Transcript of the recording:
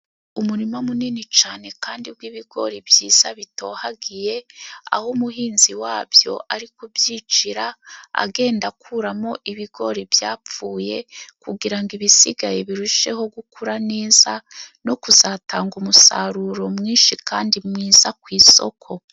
Umurima munini cane kandi gw' ibigori byiza bitohagiye, aho umuhinzi wabyo ari kubyicira agenda akuramo ibigori byapfuye, kugira ngo ibisigaye birusheho gukura neza no kuzatanga umusaruro mwinshi kandi mwiza ku isoko.